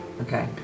Okay